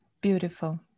Beautiful